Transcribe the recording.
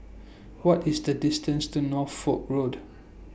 What IS The distance to Norfolk Road